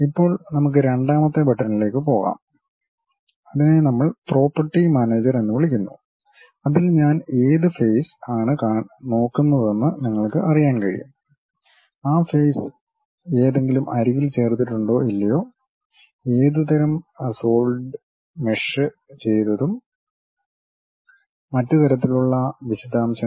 ഇപ്പോൾ നമുക്ക് രണ്ടാമത്തെ ബട്ടണിലേക്ക് പോകാം അതിനെ നമ്മൾ പ്രോപ്പർട്ടി മാനേജർ എന്ന് വിളിക്കുന്നു അതിൽ ഞാൻ ഏത് ഫേസ് ആണ് നോക്കുന്നതെന്ന് നിങ്ങൾക്ക് അറിയാൻ കഴിയും ആ ഫേസ് ഏതെങ്കിലും അരികിൽ ചേർത്തിട്ടുണ്ടോ ഇല്ലയോ ഏത് തരം സോളിഡുകൾ മെഷ് ചെയ്തതും മറ്റ് തരത്തിലുള്ള വിശദാംശങ്ങളും